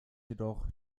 jedoch